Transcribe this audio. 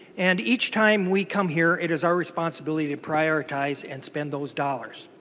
and each time we come here it is our responsibility t o prioritize and spend those dollars.